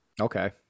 Okay